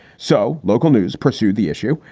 so local news pursued the issue.